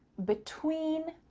between,